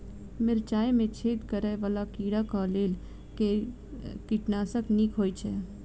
मिर्चाय मे छेद करै वला कीड़ा कऽ लेल केँ कीटनाशक नीक होइ छै?